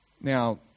now